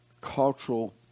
cultural